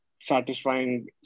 satisfying